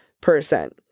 percent